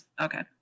Okay